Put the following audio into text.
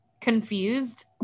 confused